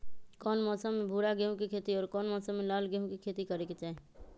कौन मौसम में भूरा गेहूं के खेती और कौन मौसम मे लाल गेंहू के खेती करे के चाहि?